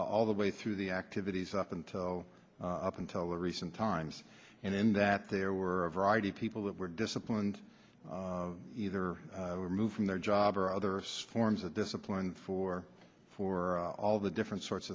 all the way through the activities up until up until recent times and in that there were a variety of people that were disciplined either removed from their job or other forms of discipline for for all the different sorts